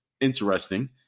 interesting